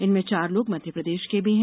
इनमें चार लोग मध्यप्रदेश के भी हैं